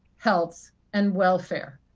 health and welfare.